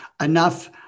enough